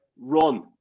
Run